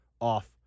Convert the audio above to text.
off